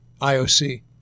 IOC